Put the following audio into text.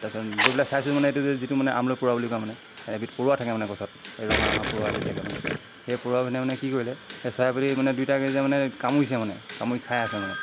তাৰপিছত গৈ পেলাই চাইছোঁ মানে এইটো যিটো মানে আমলৰি পৰুৱা বুলি কয় মানে পৰুৱা থাকে মানে গছত এই ৰঙা ৰঙা পৰুৱা এবিধ থাকে মানে সেই পৰুৱা বিধে মানে কি কৰিলে সেই চৰাই পোৱালি মানে দুইটাক এইযে মানে কামুৰিছে মানে কামুৰি খাই আছে মানে